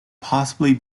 possibly